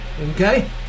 Okay